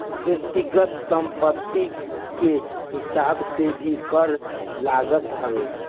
व्यक्तिगत संपत्ति के हिसाब से भी कर लागत हवे